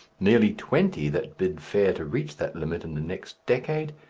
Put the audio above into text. nearly twenty that bid fair to reach that limit in the next decade,